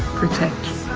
protect